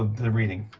the reading?